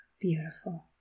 beautiful